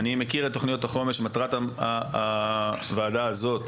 אני מכיר את תוכניות החומש ומטרת הוועדה הזאת